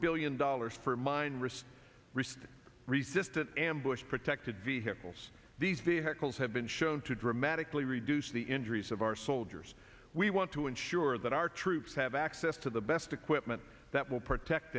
billion dollars for mine risk risk resistant ambush protected vehicles these vehicles have been shown to dramatically reduce the injuries of our soldiers we want to ensure that our troops have access to the best equipment that will protect